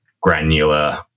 granular